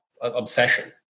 obsession